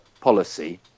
policy